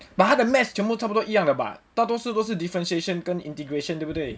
but 他的 maths 全部差不多样的吧大多数都是:quan bu cha bu duo yang de ba da duo shu doushi differentiation 跟 integration 对不对